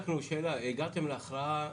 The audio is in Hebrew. אחד או יותר' זו הכוונה פה?